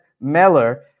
Meller